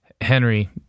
henry